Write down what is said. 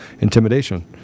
intimidation